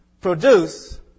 produce